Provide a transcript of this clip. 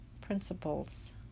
principles